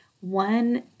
one